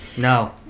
no